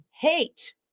hate